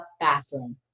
bathroom